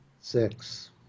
six